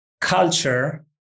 culture